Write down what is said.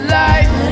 life